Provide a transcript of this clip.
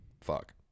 fuck